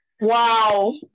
Wow